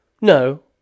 No